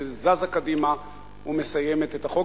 זזה קדימה ומסיימת את החוק,